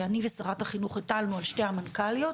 אני ושרת החינוך, בידי שתי המנכ"ליות.